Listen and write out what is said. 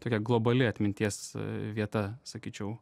tokia globali atminties vieta sakyčiau